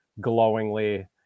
glowingly